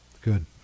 Good